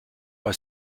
bei